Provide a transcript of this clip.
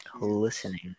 Listening